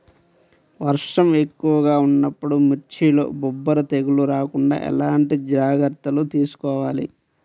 వర్షం ఎక్కువగా ఉన్నప్పుడు మిర్చిలో బొబ్బర తెగులు రాకుండా ఎలాంటి జాగ్రత్తలు తీసుకోవాలి?